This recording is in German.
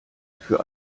für